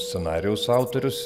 scenarijaus autorius